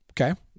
Okay